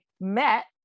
met